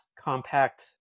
compact